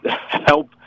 help